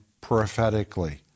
prophetically